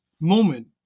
moment